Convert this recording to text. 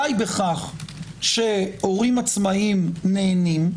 די בכך שהורים עצמאיים נהנים,